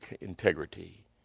integrity